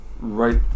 right